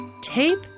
tape